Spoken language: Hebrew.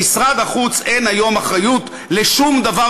למשרד החוץ אין היום אחריות לשום דבר